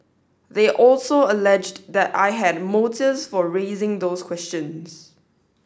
they also alleged that I had motives for raising those questions